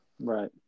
Right